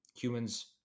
humans